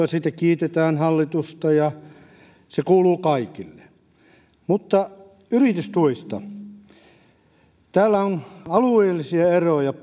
ja sitten kiitetään hallitusta ja se kuuluu kaikille mutta kysyisin yritystuista suomessa on paljon alueellisia eroja